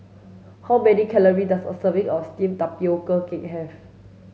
how many calories does a serving of steamed tapioca cake have